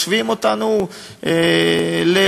משווים אותנו לרוצחים,